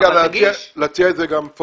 אני רוצה להציע את זה גם פורמלית.